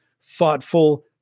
thoughtful